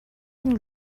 and